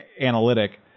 Analytic